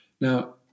Now